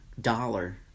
dollar